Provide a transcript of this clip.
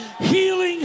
healing